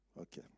Okay